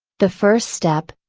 the first step,